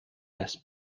less